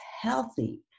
healthy